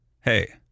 hey